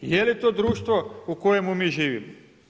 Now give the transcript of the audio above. Jeli to društvo u kojem mi živimo?